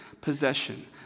possession